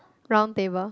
round table